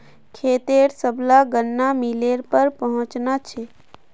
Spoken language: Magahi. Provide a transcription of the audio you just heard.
खेतेर सबला गन्ना मिलेर पर पहुंचना छ